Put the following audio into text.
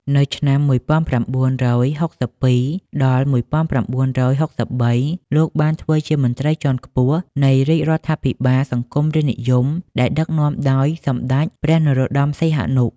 នៅឆ្នាំ ១៩៦២ ដល់ ១៩៦៣ លោកបានធ្វើជាមន្រ្តីជាន់ខ្ពស់នៃរាជរដ្ឋាភិបាលសង្គមរាស្រ្តនិយម ដែលដឹកនាំដោយសម្តេចព្រះ នរោត្តម សីហនុ។